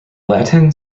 latin